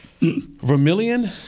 Vermilion